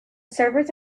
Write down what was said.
servers